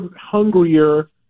hungrier